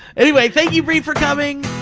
anyway thank you bree for coming,